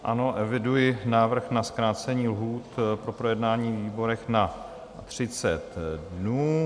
Ano, eviduji návrh na zkrácení lhůt na projednání ve výborech na 30 dnů.